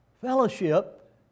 Fellowship